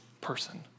person